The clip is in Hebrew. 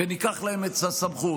וניקח להם את הסמכות.